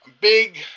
big